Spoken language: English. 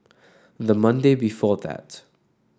the Monday before that